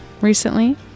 recently